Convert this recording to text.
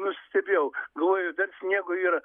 nusistebėjau galvoju dar sniego yra